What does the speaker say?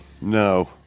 No